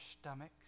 stomachs